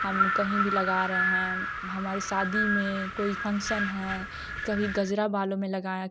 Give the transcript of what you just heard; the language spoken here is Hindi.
हम कहीं भी लगा रहे हैं हमारी शादी में कोई फंक्शन है कभी गजरा बालों में लगाया